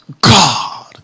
God